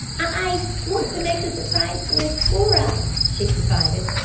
i want to make a surprise for miss flora, she confided.